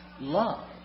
love